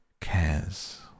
cares